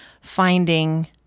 finding